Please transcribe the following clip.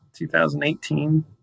2018